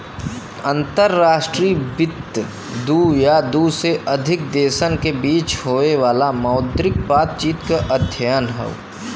अंतर्राष्ट्रीय वित्त दू या दू से अधिक देशन के बीच होये वाला मौद्रिक बातचीत क अध्ययन हौ